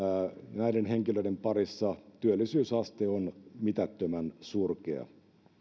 näiden henkilöiden parissa työllisyysaste on mitättömän surkea